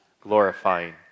glorifying